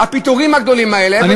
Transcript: הפיטורים הגדולים האלה, איפה זה נעשה?